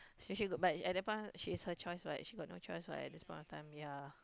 specially got but at that point she's her choice [what] she got no choice [what] at this point of time ya